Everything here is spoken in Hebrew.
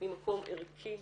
ממקום ערכי,